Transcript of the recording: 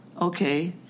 Okay